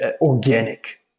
organic